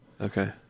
Okay